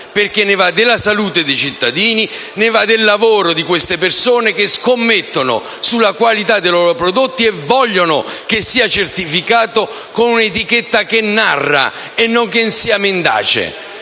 Ne va infatti della salute dei cittadini e del lavoro delle persone che scommettono sulla qualità dei loro prodotti e vogliono che sia certificata con un'etichetta che narra e che non sia mendace.